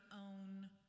own